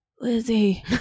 Lizzie